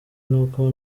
n’uko